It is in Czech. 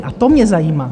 A to mě zajímá.